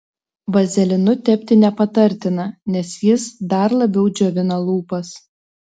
vazelinu tepti nepatartina nes jis dar labiau džiovina lūpas